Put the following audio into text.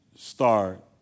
start